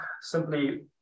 simply